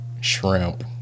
Shrimp